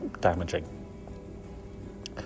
damaging